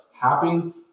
happening